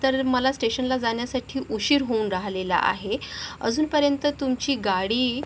तर मला स्टेशनला जाण्यासाठी उशीर होऊन राहिलेला आहे अजूनपर्यंत तुमची गाडी